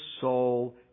soul